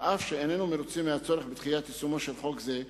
אף-על-פי שאיננו מרוצים מהצורך בדחיית יישומו של חוק זה,